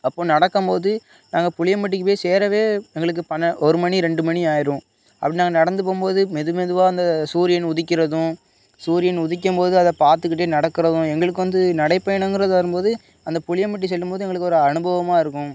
அப்போது நடக்கும் போது நாங்கள் புளியம்பட்டிக்கு போய் சேரவே எங்களுக்கு பன்ன ஒரு மணி ரெண்டு மணி ஆகிரும் அப்படி நாங்கள் நடந்து போகும் போது மெது மெதுவாக அந்த சூரியன் உதிக்கிறதும் சூரியன் உதிக்கும் போது அதை பார்த்துக்கிட்டே நடக்கிறதும் எங்களுக்கு வந்து நடைப்பயணம்ங்கிறது வரும் போது அந்த புளியம்பட்டி செல்லும் போது எங்களுக்கு ஒரு அனுபவமாக இருக்கும்